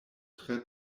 tre